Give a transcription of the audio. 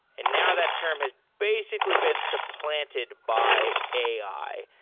and now that term has basically been supplanted by ai,